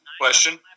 question